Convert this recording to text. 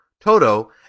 Toto